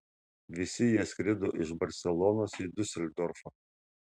visi jie skrido iš barselonos į diuseldorfą